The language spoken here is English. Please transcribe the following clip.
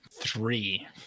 Three